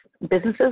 businesses